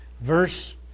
verse